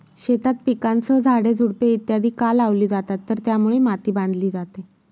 शेतात पिकांसह झाडे, झुडपे इत्यादि का लावली जातात तर त्यामुळे माती बांधली जाते